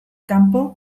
kanpo